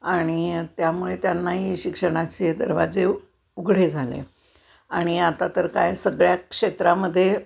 आणि त्यामुळे त्यांनाही शिक्षणाचे दरवाजे उघडे झाले आणि आता तर काय सगळ्या क्षेत्रामध्ये